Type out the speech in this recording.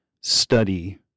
study